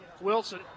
Wilson